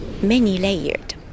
many-layered